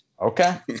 Okay